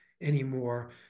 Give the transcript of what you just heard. anymore